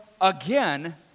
again